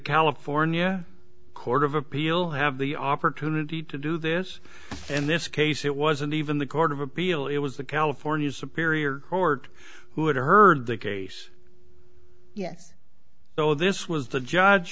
california court of appeal have the opportunity to do this in this case it wasn't even the court of appeal it was the california superior court who had heard the case yes so this was the judge